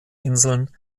inseln